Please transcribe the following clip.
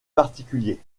particulier